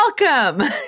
welcome